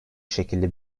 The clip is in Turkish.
şekilde